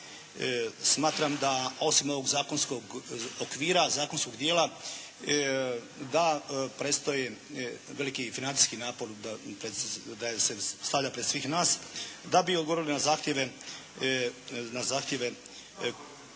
Smatram da osim ovog zakonskog okvira, zakonskog dijela da predstoji veliki i financijski napor, da se stavlja pred svih nas da bi odgovorili na zahtjeve s